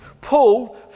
Paul